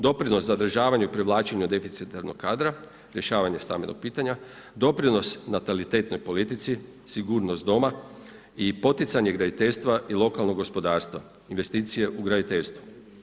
Doprinos za održavanje privlačenja deficitarnog kadra, rješavanje stambenog pitanja, doprinos natalitetnoj politici, sigurnost doma i poticanje graditeljstva i lokalnog gospodarstva, investicije u graditeljstvu.